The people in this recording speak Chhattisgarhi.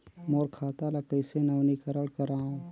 मोर खाता ल कइसे नवीनीकरण कराओ?